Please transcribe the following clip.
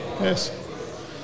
yes